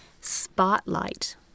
spotlight